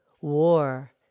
War